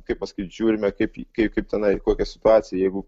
kaip pasakyt žiūrime kaip kaip tenai kokia situacija jeigu